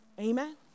amen